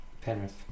Penrith